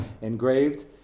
engraved